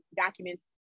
documents